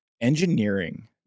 engineering